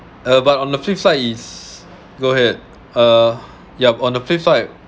uh but on the flip side is go ahead uh yup on the flip side